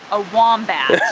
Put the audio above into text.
a wombat.